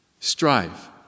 Strive